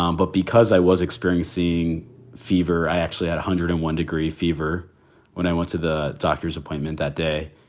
um but because i was experiencing fever, i actually had one hundred and one degree fever when i went to the doctor's appointment that day.